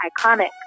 iconic